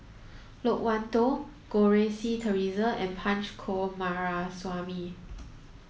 Loke Wan Tho Goh Rui Si Theresa and Punch Coomaraswamy